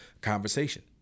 conversation